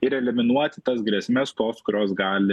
ir eliminuoti tas grėsmes tos kurios gali